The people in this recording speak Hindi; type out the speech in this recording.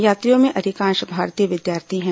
यात्रियों में अधिकांश भारतीय विद्यार्थी हैं